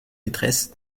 maîtresse